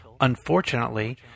Unfortunately